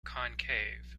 concave